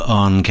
on